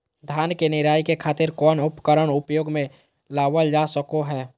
धान के निराई के खातिर कौन उपकरण उपयोग मे लावल जा सको हय?